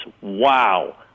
wow